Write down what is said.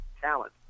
talent